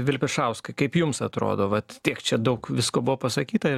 vilpišauskai kaip jums atrodo vat tiek čia daug visko buvo pasakyta